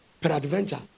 Peradventure